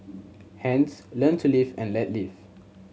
hence learn to live and let live